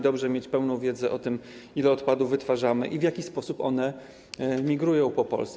Dobrze mieć pełną wiedzę o tym, ile odpadów wytwarzamy i w jaki sposób one migrują po Polsce.